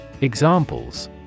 Examples